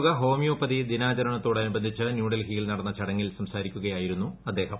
ലോക ഹോമിയോപ്പതി ദിനാചരണത്തോടനുബന്ധിച്ച് ന്യൂഡൽഹിയിൽ നടന്ന ചടങ്ങിൽ സംസാരിക്കുകയായിരുന്നു അദ്ദേഹം